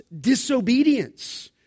disobedience